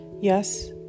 Yes